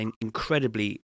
incredibly